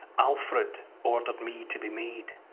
alfred ordered me to be made.